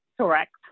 Correct